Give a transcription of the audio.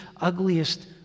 ugliest